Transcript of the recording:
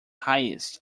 highest